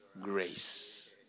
grace